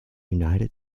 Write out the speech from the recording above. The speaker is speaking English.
united